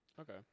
Okay